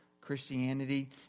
Christianity